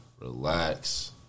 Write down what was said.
relax